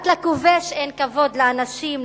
רק לכובש אין כבוד לאנשים,